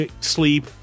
sleep